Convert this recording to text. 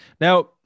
now